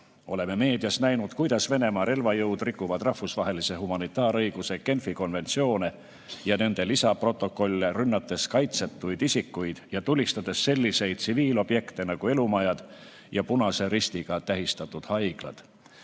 Oleme meedias näinud, kuidas Venemaa relvajõud rikuvad rahvusvahelise humanitaarõiguse Genfi konventsioone ja nende lisaprotokolle, rünnates kaitsetuid isikuid ja tulistades selliseid tsiviilobjekte nagu elumajad ja punase ristiga tähistatud haiglad.